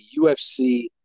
UFC